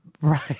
Right